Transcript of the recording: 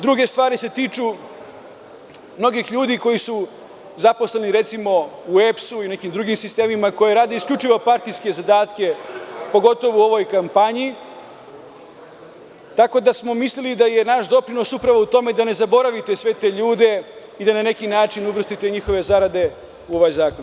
Druge stvari se tiču mnogih ljudi koji su zaposleni recimo u EPS ili u nekim drugim sistemima koji rade isključivo partijske zadatke, pogotovo u ovoj kampanji, tako da smo mislili da je naš doprinos upravo u tome da ne zaboravite sve te ljude i da na neki način uvrstite njihove zarade u ovaj zakon.